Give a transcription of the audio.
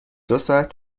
دوساعت